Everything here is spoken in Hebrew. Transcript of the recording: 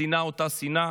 השנאה היא אותה שנאה,